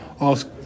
ask